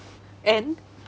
and